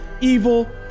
evil